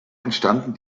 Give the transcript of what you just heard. entstanden